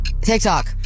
TikTok